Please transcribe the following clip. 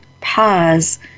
pause